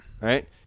Right